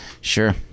Sure